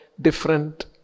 different